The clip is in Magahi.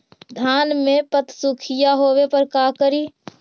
धान मे पत्सुखीया होबे पर का करि?